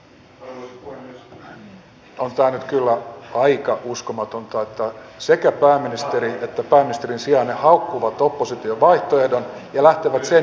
on tämä nyt kyllä aika uskomatonta että sekä pääministeri että pääministerin sijainen haukkuvat opposition vaihtoehdon ja lähtevät sen jälkeen pois